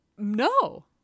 No